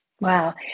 Wow